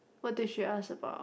what did she ask about